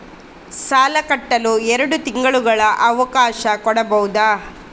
ಸಾಲ ಕಟ್ಟಲು ಎರಡು ತಿಂಗಳ ಅವಕಾಶ ಕೊಡಬಹುದಾ?